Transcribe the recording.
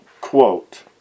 quote